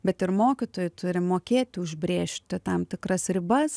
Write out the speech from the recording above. bet ir mokytojai turi mokėti užbrėžti tam tikras ribas